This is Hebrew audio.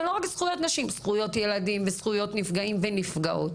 ולא רק זכויות נשים - זכויות ילדים וזכויות ילדים ונפגעות.